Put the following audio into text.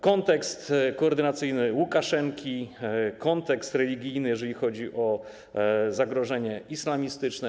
Kontekst koordynacyjny Łukaszenki, kontekst religijny, jeżeli chodzi o zagrożenie islamistyczne.